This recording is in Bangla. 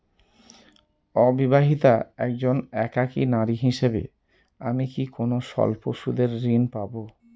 অবিবাহিতা একজন একাকী নারী হিসেবে আমি কি কোনো স্বল্প সুদের ঋণ পাব?